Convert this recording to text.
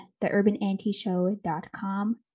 theurbanantishow.com